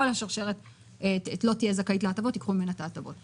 כל השרשרת לא תהיה זכאית להטבות וייקחו ממנה את ההטבות.